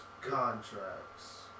contracts